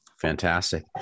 Fantastic